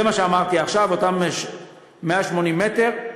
זה מה שאמרתי עכשיו, אותם 180 מטר,